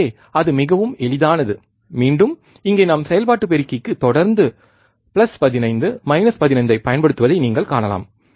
எனவே அது மிகவும் எளிதானது மீண்டும் இங்கே நாம் செயல்பாட்டு பெருக்கிக்கு தொடர்ந்து 15 15 ஐப் பயன்படுத்துவதை நீங்கள் காணலாம்